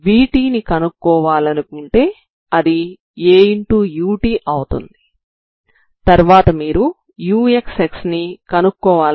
మీరు vt ని కనుక్కోవాలనుకుంటే అది aut అవుతుంది తర్వాత మీరు vxx ని కనుక్కోవాల్సి ఉంటుంది